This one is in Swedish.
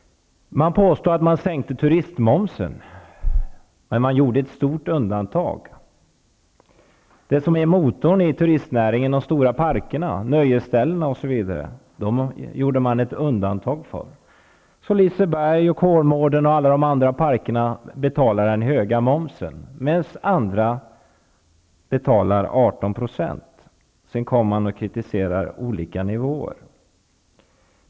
Det påstås att man sänkte turistmomsen, men man gjorde ett stort undantag. Det gjordes ett undantag för det som är motorn i turistnäringen, nämligen de stora parkerna och nöjesfälten. Liseberg, Kolmården och alla andra parker betalar den höga momsen, medan andra betalar 18 %. Sedan kritiserar man olika nivåer.